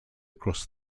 across